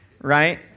right